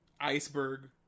Iceberg